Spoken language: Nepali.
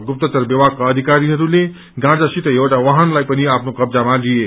गुप्तचर विभागका अधिकारीहरूले गाँजा सितै एउटा वाहनलाई पनि आफ्नो कब्जामा लिए